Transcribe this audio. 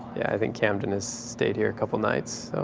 yeah, i think camden has stayed here a couple nights.